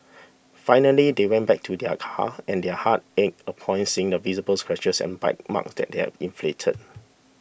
finally they went back to their car and their hearts ached upon seeing the visible scratches and bite marks that had inflicted